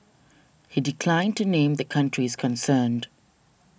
he declined to name the countries concerned